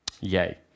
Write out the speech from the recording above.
Yay